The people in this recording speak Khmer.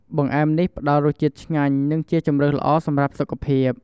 បង្អែមនេះផ្តល់រសជាតិឆ្ងាញ់ និងជាជម្រើសល្អសម្រាប់សុខភាព។